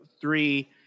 three